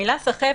המילה "סחבת"